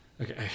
Okay